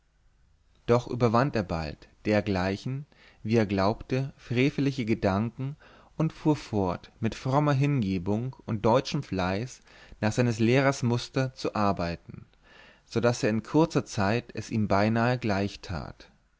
doch überwand er bald dergleichen wie er glaubte freveliche gedanken und fuhrt fort mit frommer hingebung und deutschem fleiß nach seines lehrers muster zu arbeiten so daß er in kurzer zeit es ihm beinahe gleichtat